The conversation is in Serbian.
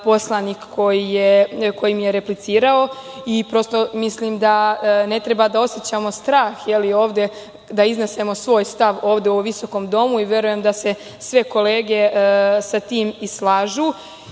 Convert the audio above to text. koji mi je replicirao i prosto mislim da ne treba da osećamo strah da iznesemo svoj stav ovde u ovom visokom domu i verujem da se sve kolege sa tim i slažu.